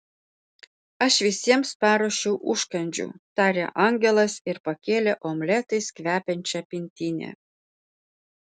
aš visiems paruošiau užkandžių tarė angelas ir pakėlė omletais kvepiančią pintinę